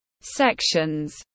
sections